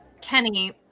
Kenny